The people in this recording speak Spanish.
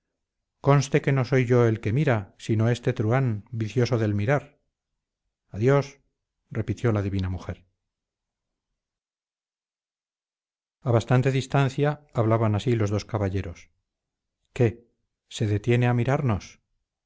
conste que no soy yo el que mira sino este truhán vicioso del mirar adiós repitió la divina mujer a bastante distancia hablaban así los dos caballeros qué se detiene a mirarnos